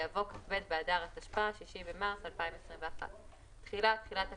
יבוא "כ"ב באדר התשפ"א (6 במרס 2021)". תחילה תחילתן